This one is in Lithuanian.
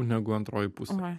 negu antroji pusė